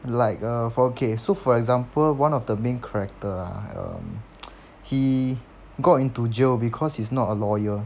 like uh for okay so for example one of the main character ah um he got into jail because he's not a lawyer